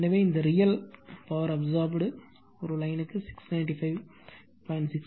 எனவே இந்த real power absorbed line 695